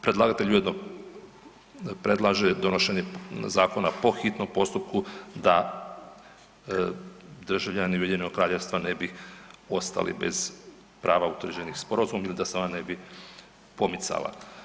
Predlagatelj ujedno predlaže donošenje zakona po hitnom postupku da državljani Ujedinjenog Kraljevstva ne bi ostali bez prava utvrđenih sporazumom ili da se ona ne bi pomicala.